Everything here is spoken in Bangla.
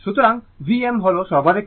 সুতরাং Vm হল সর্বাধিক মান